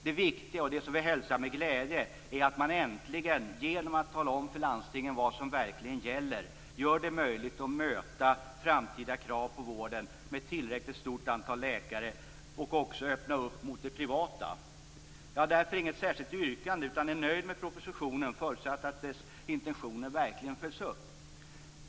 Det viktiga, det som vi hälsar med glädje, är att man äntligen, genom att tala om för landstingen vad som verkligen gäller, gör det möjligt att möta framtida krav på vården med tillräckligt stort antal läkare och också att man öppnar mot det privata. Jag har därför inget särskilt yrkande utan är nöjd med propositionen, förutsatt att dess intentioner verkligen följs upp.